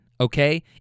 okay